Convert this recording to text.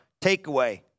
Takeaway